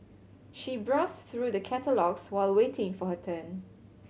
she browsed through the catalogues while waiting for her turn